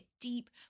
deep